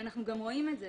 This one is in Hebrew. ואנחנו גם רואים את זה,